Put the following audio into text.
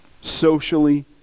Socially